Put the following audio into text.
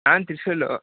ನಾನು ತ್ರಿಶೂಲ್